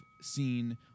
seen